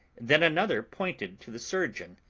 then another pointed to the surgeon,